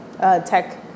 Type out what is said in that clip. tech